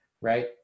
Right